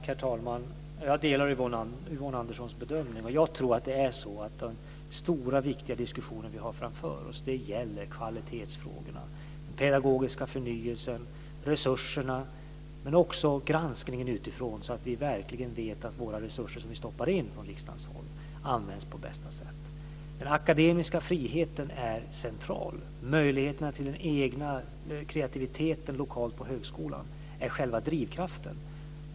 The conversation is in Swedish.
Herr talman! Jag instämmer i Yvonne Anderssons bedömning. De stora och viktiga diskussioner som vi har framför oss gäller kvalitetsfrågorna, den pedagogiska förnyelsen, resurserna, men också granskningen utifrån, så att vi verkligen vet att de resurser som riksdagen anslår används på bästa sätt. Den akademiska friheten är central. Möjligheterna till den egna kreativiteten lokalt på högskolorna är själva drivkraften.